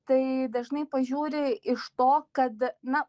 tai dažnai pažiūri iš to kad na